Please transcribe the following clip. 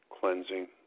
cleansing